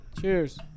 cheers